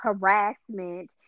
harassment